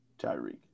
Tyreek